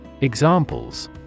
Examples